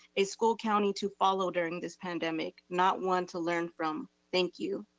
a school county to follow during this pandemic. not wanting to learn from, thank you.